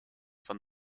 von